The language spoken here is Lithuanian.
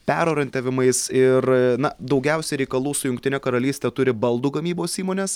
perorientavimas ir na daugiausiai reikalų su jungtine karalyste turi baldų gamybos įmonės